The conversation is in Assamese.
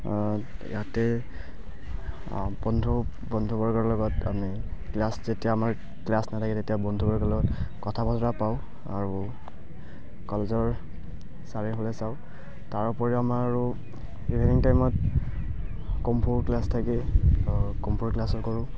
ইয়াতে বন্ধু বন্ধুবৰ্গৰ লগত আমি ক্লাছ যেতিয়া আমাৰ ক্লাছ নাথাকে তেতিয়া বন্ধুবৰ্গ লগত কথা বতৰা পাওঁ আৰু কলেজৰ চাৰিওফালে চাওঁ তাৰোপৰিও আমাৰ আৰু ইভিনিং টাইমত কম্ফু ক্লাছ থাকে কম্ফুৰ ক্লাছো কৰোঁ